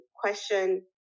question